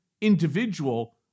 individual